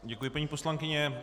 Děkuji, paní poslankyně.